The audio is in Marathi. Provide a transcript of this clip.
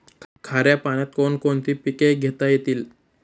खाऱ्या पाण्यात कोण कोणती पिके घेता येतील?